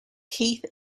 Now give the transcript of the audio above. keith